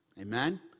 Amen